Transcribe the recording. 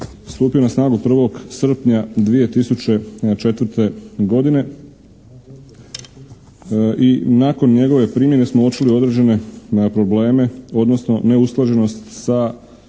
stupio na snagu 01. srpnja 2004. godine i nakon njegove primjene smo uočili određene ne probleme odnosno neusklađenost sa